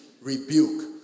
rebuke